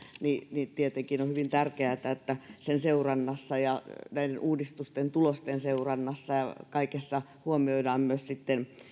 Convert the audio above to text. niin tietenkin on hyvin tärkeätä että sen seurannassa ja uudistusten tulosten seurannassa ja kaikessa huomioidaan myös